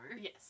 Yes